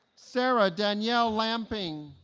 sarah danielle lamping